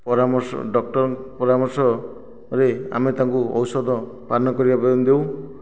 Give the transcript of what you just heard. ପରାମର୍ଶ ଡକ୍ଟର ପରାମର୍ଶରେ ଆମେ ତାଙ୍କୁ ଔଷଧ ପାନ କରିବା ପାଇଁ ଦେଉ